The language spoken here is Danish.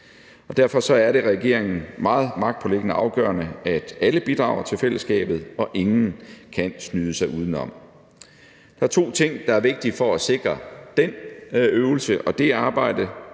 Derfor er det regeringen meget magtpåliggende og afgørende, at alle bidrager til fællesskabet og ingen kan snyde sig udenom. Der er to ting, der er vigtige for at sikre den øvelse, og det arbejde